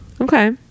okay